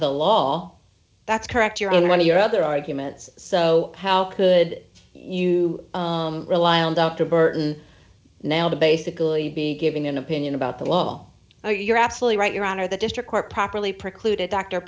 the law that's correct you're in one of your other arguments so how could you rely on dr burton now to basically be giving an opinion about that lol you're absolutely right your honor the district court properly precluded dr